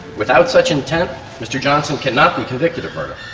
without such intent mr johnson cannot be convicted of murder.